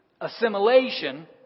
assimilation